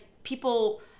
people